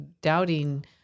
doubting